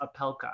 Apelka